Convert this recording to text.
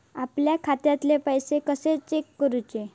आपल्या खात्यातले पैसे कशे चेक करुचे?